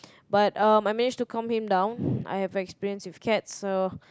but um I managed to calm him down I have experience with cats so